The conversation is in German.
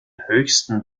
höchsten